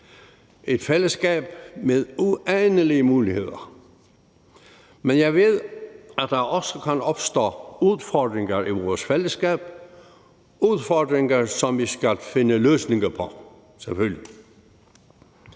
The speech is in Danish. et fællesskab med uanede muligheder. Men jeg ved, at der også kan opstå udfordringer i vores fællesskab, udfordringer, som vi skal finde løsninger på, selvfølgelig.